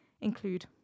include